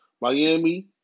Miami